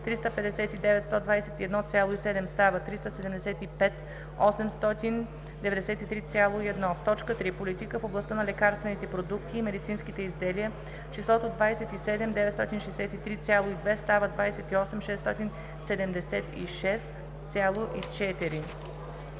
„359 121,7“ става „375 893,1“; - в т. 3. Политика в областта на лекарствените продукти и медицинските изделия – числото „27 963,2“ става „28 676,4“;